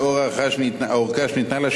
לאור הארכה שניתנה לה,